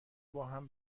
باهم